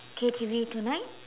K_T_V tonight